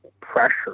pressure